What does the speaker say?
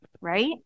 Right